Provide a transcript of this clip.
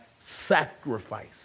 sacrifice